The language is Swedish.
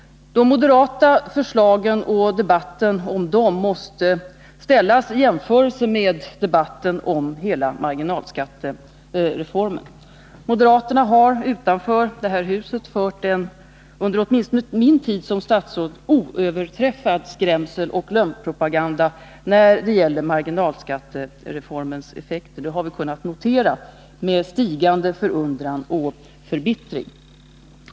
De moderata förslagen och debatten om dem måste ställas i relation till debatten om hela marginalskattereformen. Moderaterna har utanför detta hus fört en, åtminstone under min tid som statsråd, oöverträffad skrämseloch lögnpropaganda när det gäller marginalskattereformens effekter, det har vi kunnat notera med stigande förundran och förbittring.